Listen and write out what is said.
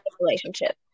relationship